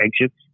exits